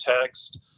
text